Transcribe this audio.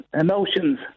Emotions